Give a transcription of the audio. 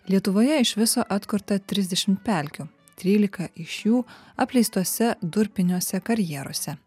lietuvoje iš viso atkurta trisdešim pelkių trylika iš jų apleistuose durpiniuose karjeruose